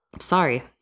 Sorry